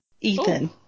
Ethan